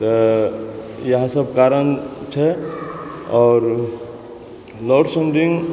तऽ इएह सब कारण छै आओर लौड सेंडिंग